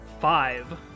Five